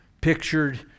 pictured